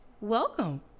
Welcome